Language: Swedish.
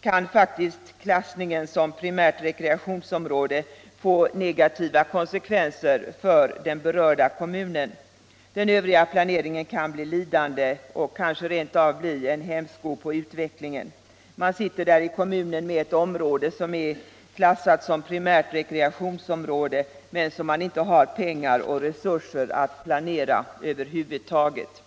kan faktiskt klassningen som primärt rekreationsområde få negativa konsekvenser för den berörda kommunen. Den övriga planeringen kan bli lidande — det kan rent av bli en hämsko på utvecklingen. Man sitter där i kommunen med ett område som är klassat som primärt rekreationsområde men som man inte har pengar och resurser att planera över huvud taget.